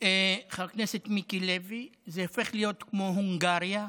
חבר הכנסת מיקי לוי, זה הופך להיות כמו הונגריה,